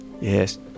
yes